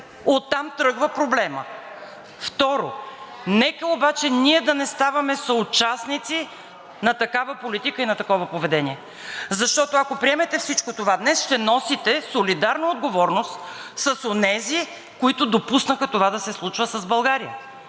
Оттам тръгва проблемът. Второ, нека обаче ние да не ставаме съучастници на такава политика и на такова поведение, защото, ако приемете всичко това днес, ще носите солидарна отговорност с онези, които допуснаха това да се случва с България.